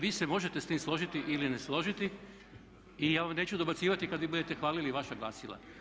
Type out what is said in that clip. Vi se možete s tim složiti ili ne složiti i ja vam neću dobacivati kad vi budete hvalili vaša glasila.